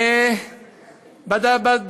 רשמות.